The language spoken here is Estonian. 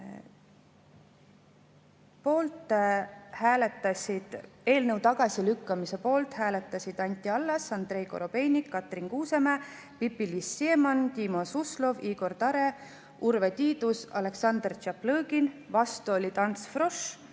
Eelnõu tagasilükkamise poolt hääletasid Anti Allas, Andrei Korobeinik, Katrin Kuusemäe, Pipi-Liis Siemann, Timo Suslov, Igor Taro, Urve Tiidus, Aleksandr Tšaplõgin, vastu olid Ants Frosch,